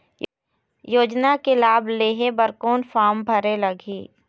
योजना के लाभ लेहे बर कोन फार्म भरे लगही?